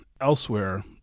elsewhere